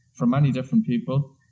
for many different people.